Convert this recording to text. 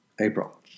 April